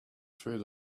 through